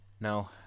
No